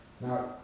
Now